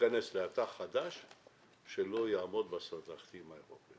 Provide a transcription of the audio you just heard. ייכנס לאתר חדש אם לא יעמוד בסטנדרטים האירופיים